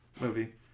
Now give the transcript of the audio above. movie